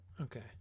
Okay